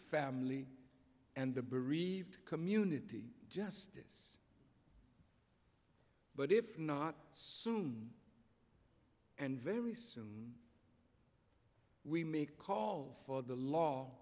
family and the bereaved community justice but if not some and very soon we may call for the law